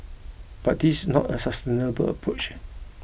but this is not a sustainable approach